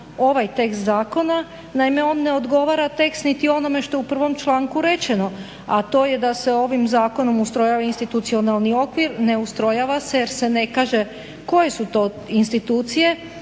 ovaj tekst zakona. Naime, on ne odgovara, tekst niti onome što je u prvom članku rečeno. A to je da se ovim zakonom ustrojava institucionalni okvir. Ne ustrojava se jer se ne kaže koje su to institucije.